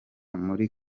muri